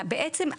בעצם,